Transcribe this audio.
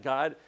God